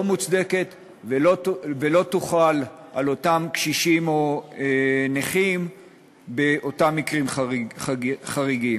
מוצדקת ולא תוחל על אותם קשישים או נכים באותם מקרים חריגים.